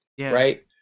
Right